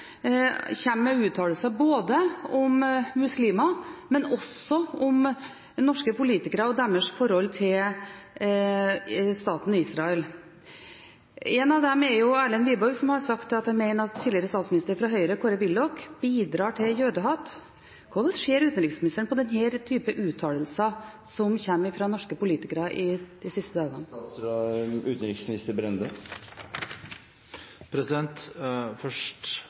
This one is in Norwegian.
med uttalelser både om muslimer og om norske politikere og deres forhold til staten Israel. En av dem er Erlend Wiborg, som mener at tidligere statsminister fra Høyre, Kåre Willoch, bidrar til jødehat. Hvordan ser utenriksministeren på den type uttalelser, som har kommet fra norske politikere de siste dagene?